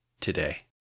today